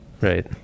right